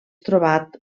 trobat